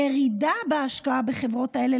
ירידה בהשקעה בחברות האלה,